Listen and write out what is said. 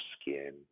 skin